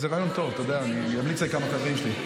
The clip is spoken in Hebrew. אתם כל הזמן מתלוננים, אבל אתם בקואליציה.